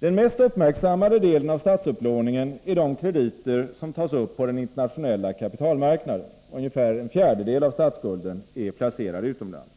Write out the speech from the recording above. Den mest uppmärksammade delen av statsupplåningen är de krediter som tas upp på den internationella kapitalmarknaden. Ungefär en fjärdedel av statsskulden är placerad utomlands.